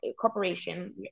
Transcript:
corporation